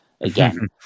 again